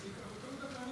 אני